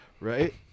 Right